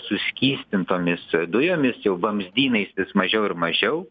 suskystintomis dujomis jau vamzdynais vis mažiau ir mažiau